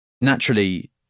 Naturally